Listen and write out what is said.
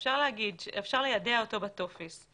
אפשר ליידע אותו בטופס.